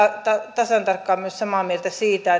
tasan tarkkaan myös samaa mieltä siitä